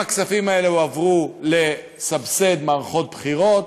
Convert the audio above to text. האם הכספים האלה הועברו לסבסוד מערכות בחירות,